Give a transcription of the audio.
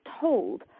told